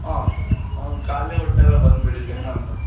ಹಾಂ ಹ್ಞೂ ಖಾಲಿ ಹೊಟ್ಟೆದಾಗ್ ಬಂದುಬಿಡಿ ದಯಾನಂದ